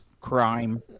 Crime